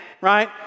right